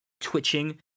twitching